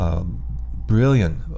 brilliant